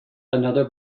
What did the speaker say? another